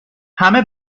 همه